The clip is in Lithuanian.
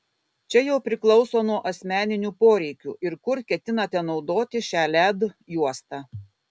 čia jau priklauso nuo asmeninių poreikių ir kur ketinate naudoti šią led juostą